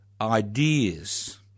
ideas